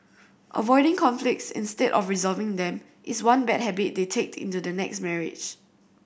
avoiding conflicts instead of resolving them is one bad habit they take into the next marriage